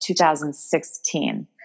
2016